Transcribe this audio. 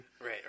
right